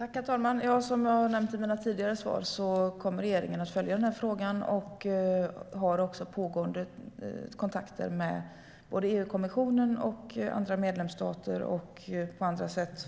Herr talman! Som jag har nämnt i mina tidigare inlägg kommer regeringen att följa frågan. Vi har också pågående kontakter med såväl EU-kommissionen som andra medlemsstater